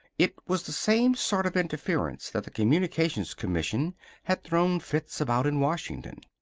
it was the same sort of interference that the communications commission had thrown fits about in washington.